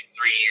three